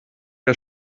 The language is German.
der